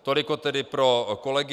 Toliko tedy pro kolegy.